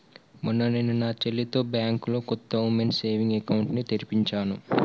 మొన్న నేను నా చెల్లితో బ్యాంకులో కొత్త ఉమెన్స్ సేవింగ్స్ అకౌంట్ ని తెరిపించాను